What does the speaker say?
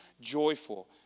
joyful